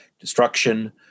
destruction